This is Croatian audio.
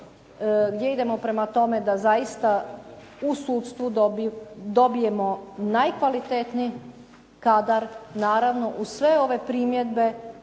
gdje idemo prema tome da zaista u sudstvu dobijemo najkvalitetniji kadar naravno uz sve ove primjedbe